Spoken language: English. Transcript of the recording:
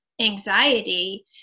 anxiety